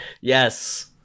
yes